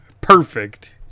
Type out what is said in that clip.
perfect